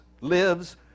lives